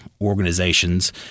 organizations